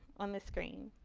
on the screen?